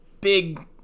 big